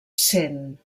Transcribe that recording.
cent